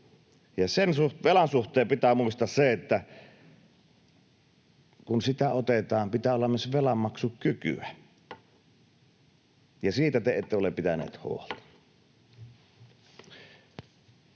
lisää. Velan suhteen pitää muistaa se, että kun sitä otetaan, pitää olla myös velanmaksukykyä, ja siitä te ette ole pitäneet huolta.